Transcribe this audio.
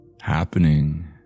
happening